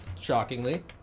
shockingly